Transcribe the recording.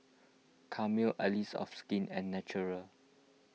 Camel Allies of Skin and Naturel